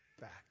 back